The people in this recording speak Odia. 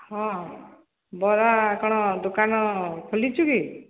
ହଁ ବରା କ'ଣ ଦୋକାନ ଖୋଲିଚୁ କି